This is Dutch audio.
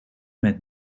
met